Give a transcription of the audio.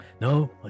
No